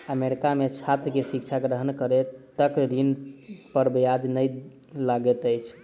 America में छात्र के शिक्षा ग्रहण करै तक ऋण पर ब्याज नै लगैत अछि